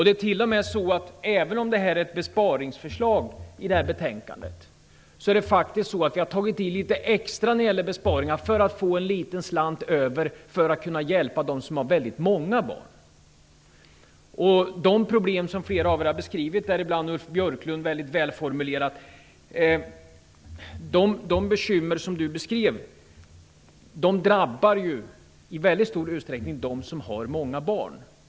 Det är t.o.m. så att även om det här är ett besparingsförslag har vi faktiskt tagit i litet extra för att få en liten slant över för att kunna hjälpa dem som har många barn. De bekymmer som flera av talarna välformulerat har beskrivit, bl.a. Ulf Björklund, drabbar i väldigt stor utsträckning dem som har många barn.